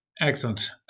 Excellent